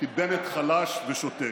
כי בנט חלש ושותק.